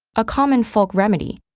a common folk remedy,